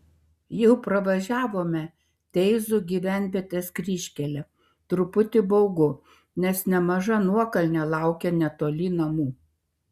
jau pravažiavome teizų gyvenvietės kryžkelę truputį baugu nes nemaža nuokalnė laukia netoli namų